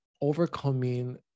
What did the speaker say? overcoming